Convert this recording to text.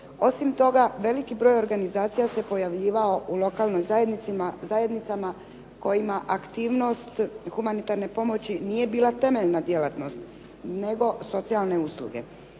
Osim toga veliki broj organizacija se pojavljivao u lokalnim zajednicama, kojima aktivnost humanitarne pomoći nije bila temeljna djelatnost, nego socijalne usluge.